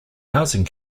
housing